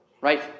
Right